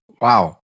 wow